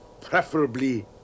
Preferably